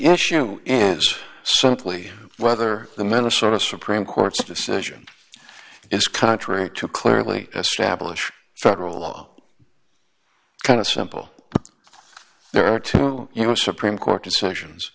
issue is some plea whether the middle sort of supreme court's decision is contrary to clearly establish federal law kind of simple there are two you know supreme court decisions